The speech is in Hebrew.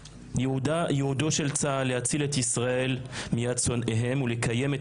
ייעודו של צה"ל להציל את ישראל מיד שונאיהם ולקיים את